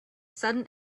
sudden